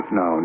no